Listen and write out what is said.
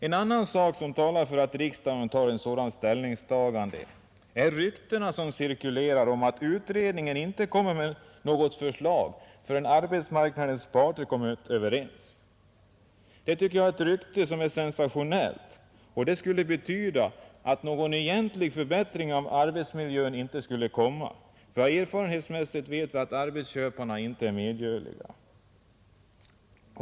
En annan sak som talar för att riksdagen gör ett sådant ställningstagande är de rykten som cirkulerar om att utredningen inte kommer med något förslag förrän arbetsmarknadens parter blivit överens. Det är ett rykte som jag tycker är sensationellt. Det skulle betyda att någon egentlig förbättring av arbetsmiljön inte skulle komma, då man erfarenhetsmässigt vet att arbetsköparna inte är medgörliga.